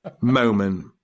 moment